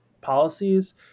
policies